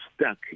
stuck